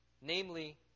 Namely